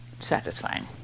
satisfying